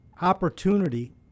opportunity